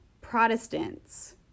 Protestants